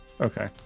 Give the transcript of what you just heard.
okay